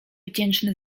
wdzięczny